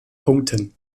punkten